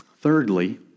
Thirdly